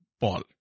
Paul